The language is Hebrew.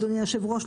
אדוני היושב-ראש,